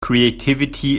creativity